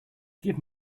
give